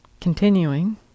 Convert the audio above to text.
continuing